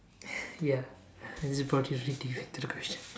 ya is into the question